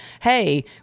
hey